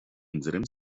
unserem